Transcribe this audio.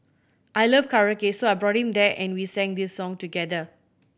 I love karaoke so I brought him there and we sang this song together